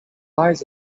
lies